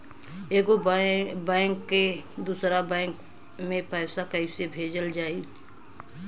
एगो बैक से दूसरा बैक मे पैसा कइसे भेजल जाई?